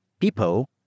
people